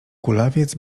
kulawiec